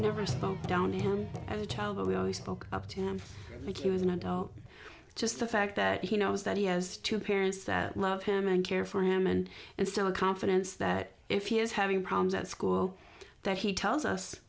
never spoke down to him as a child but we always spoke up to him because he wouldn't know just the fact that he knows that he has two parents that love him and care for him and and some confidence that if he is having problems at school that he tells us